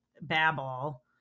babble